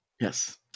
Yes